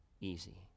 easy